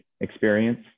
experience